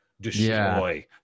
destroy